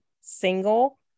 single